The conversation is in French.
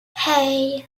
hey